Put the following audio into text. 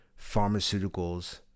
pharmaceuticals